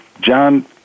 John